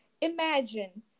Imagine